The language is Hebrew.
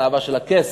התאווה של הכסף,